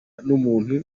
n’umuntu